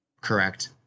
correct